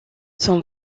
son